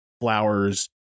flowers